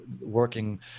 working